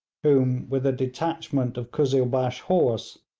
whom, with a detachment of kuzzilbash horse,